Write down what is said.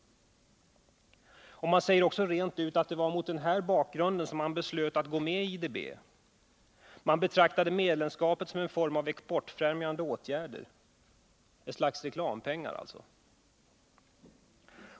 Man säger också rent ut att det var mot den här bakgrunden som man beslöt att gå med i IDB. Medlemskapet betraktades som en form av exportfrämjande åtgärder, ett slags reklampengar alltså.